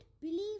believe